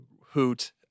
hoot